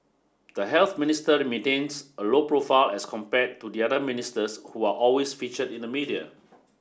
the Health Minister maintains a low profile as compared to the other ministers who are always featured in the media